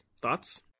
Thoughts